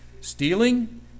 stealing